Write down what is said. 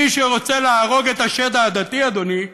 מי שרוצה להרוג את השד העדתי, אדוני,